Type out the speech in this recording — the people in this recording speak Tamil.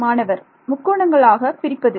மாணவர் முக்கோணங்கள் ஆக பிரிப்பது